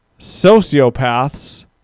sociopaths